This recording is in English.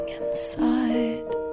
inside